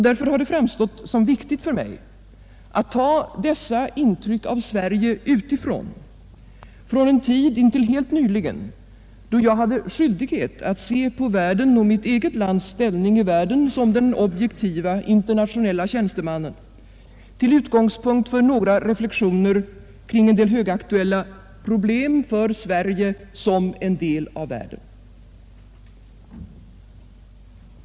Därför har det framstått som viktigt för mig att ta dessa intryck av Sverige utifrån — från en tid intill helt nyligen då jag hade skyldighet att se på världen och mitt eget lands ställning i världen med den objektiva internationella tjänstemannens ögon — till utgångspunkt för några reflexioner kring vissa högaktuella problem för Sverige som en del av världen.